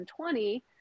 2020